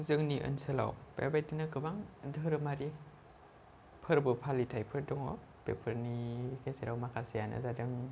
जोंनि ओनसोलाव बेबायदिनो गोबां धोरोमारि फोरबो फालिथायफोर दङ बेफोरनि गेजेराव माखासेयानो जादों